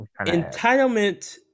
Entitlement